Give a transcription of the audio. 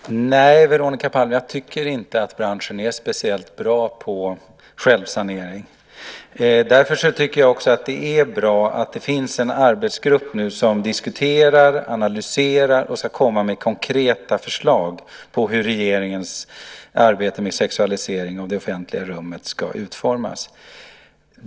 Herr talman! Nej, Veronica Palm, jag tycker inte att branschen är speciellt bra på självsanering. Därför är det bra att det finns en arbetsgrupp som nu diskuterar, analyserar och ska komma med konkreta förslag på hur regeringens arbete med sexualisering av det offentliga rummet ska utformas.